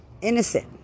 Innocent